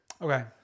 okay